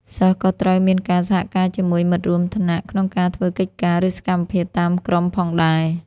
សិស្សក៏ត្រូវមានការសហការជាមួយមិត្តរួមថ្នាក់ ក្នុងការធ្វើកិច្ចការ ឬសកម្មភាពតាមក្រុមផងដែរ។